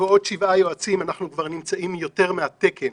ועוד שבעה יועצים אנחנו כבר נמצאים יותר מהתקן.